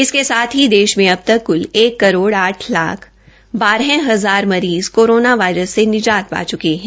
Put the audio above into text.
इसके साथ ही देश मे अबतक कृल एक करोड़ आठ लाख बारह हजार मरीज़ कोरोना वायरस से निजात पा चुके है